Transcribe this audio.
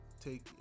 take